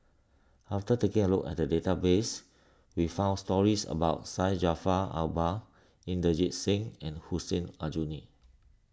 after taking a look at the database we found stories about Syed Jaafar Albar Inderjit Singh and Hussein Aljunied